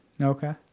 Okay